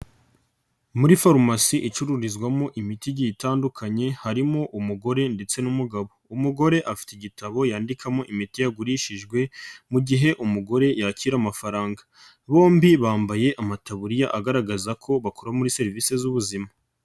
Muri farumasi icururizwamo imiti itandukanye harimo umugore ndetse n'umugabo, umugore afite igitabo yandikamo imiti yagurishijwe mu gihe umugore yakira amafaranga, bombi bambaye amataburiya agaragaza ko bakora muri serivise z'ubuzima.